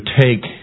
take